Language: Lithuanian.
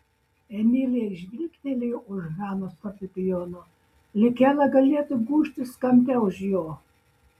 emilija žvilgtelėjo už hanos fortepijono lyg ela galėtų gūžtis kampe už jo